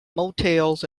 motels